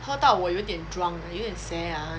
喝到我有一点 drunk 有一点 seh ah